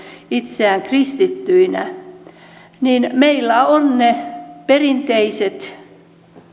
itseään kristittyinä niin meillä ovat ne perinteiset